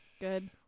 Good